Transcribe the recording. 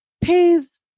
pays